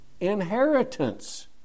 inheritance